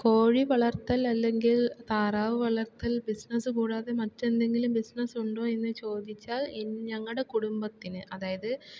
കോഴി വളർത്തൽ അല്ലെങ്കിൽ താറാവ് വളർത്തൽ ബിസിനസ് കൂടാതെ മറ്റെന്തെങ്കിലും ബിസിനസ് ഉണ്ടോ എന്നു ചോദിച്ചാൽ എൻ ഞങ്ങളുടെ കുടുംബത്തിന് അതായത്